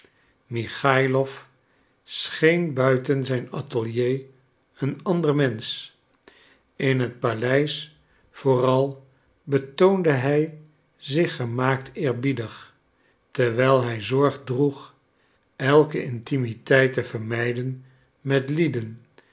michaïlof scheen buiten zijn atelier een ander mensch in het paleis vooral betoonde hij zich gemaakt eerbiedig terwijl hij zorg droeg elke intimiteit te vermijden met lieden